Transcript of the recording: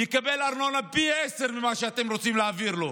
הוא יקבל ארנונה פי עשרה ממה שאתם רוצים להעביר לו.